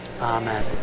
Amen